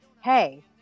Hey